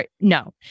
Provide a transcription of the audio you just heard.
no